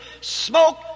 smoke